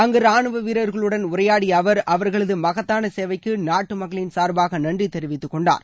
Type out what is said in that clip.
அங்கு ராணுவ வீரர்களுடன் உரையாடிய அவர் அவர்களது மகத்தான சேவைக்கு நாட்டு மக்களின் சார்பாக நன்றி தெரிவித்துக்கொண்டார்